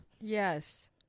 Yes